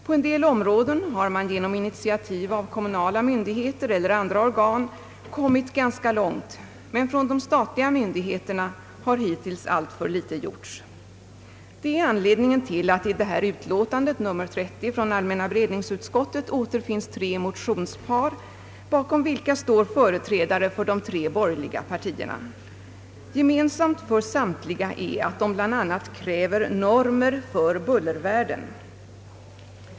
På en del områden har man genom initiativ av kommunala myndigheter eller andra organ kommit ganska långt, men från de statliga myndigheterna har hittills alltför litet gjorts. Det är anledningen till att det i detta utskottsutlåtande, nr 30 från allmänna beredningsutskottet, återfinns tre motionspar bakom vilka står företrädare för de tre borgerliga partierna. Gemensamt för samtliga är att de bl.a. kräver normer för bullervärden.